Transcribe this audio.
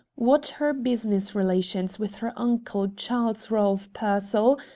what her business relations with her uncle charles ralph pearsall,